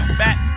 back